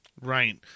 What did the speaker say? Right